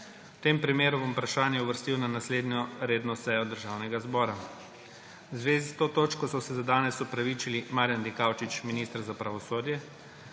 V tem primeru bom vprašanje uvrstil na naslednjo redno sejo Državnega zbora. V zvezi s to točko so se za danes opravičili Marjan Dikaučič, minister za pravosodje,